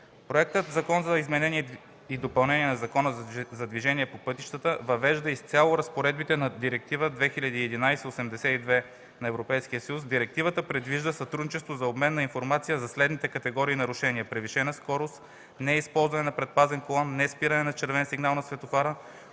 Проектът на Закон за изменение и допълнение на Закона за движението по пътищата въвежда изцяло разпоредбите на Директива 2011/82/ЕС. Директивата предвижда сътрудничество за обмен на информация за следните категории нарушения: превишена скорост, неизползване на предпазен колан, неспиране на червен сигнал на светофара,